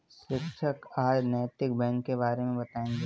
शिक्षक आज नैतिक बैंक के बारे मे बताएँगे